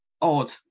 odd